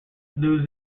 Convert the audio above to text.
new